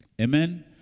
amen